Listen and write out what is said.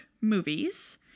movies